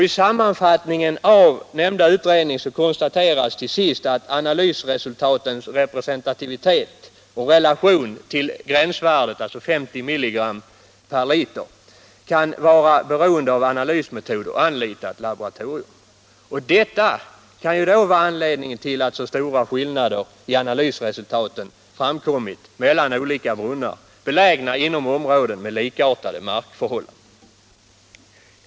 I sammanfattningen i nämnda utredning konstateras till sist att analysresultatens representativitet och relation till gränsvärdet, 50 mg per liter, kan vara beroende av analysmetod och anlitat laboratorium. Detta kan således vara anledningen till att stora skillnader i analysresultaten förekommit mellan olika brunnar belägna inom områden med likartade markförhållanden.